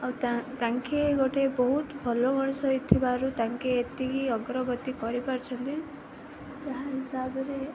ଆଉ ତାଙ୍କେ ଗୋଟେ ବହୁତ ଭଲ ମଣିଷ ହେଇଥିବାରୁ ତାଙ୍କେ ଏତିକି ଅଗ୍ରଗତି କରିପାରୁଛନ୍ତି ଯାହା ହିସାବରେ